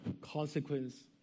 consequence